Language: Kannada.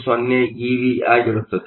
20 eV ಆಗಿರುತ್ತದೆ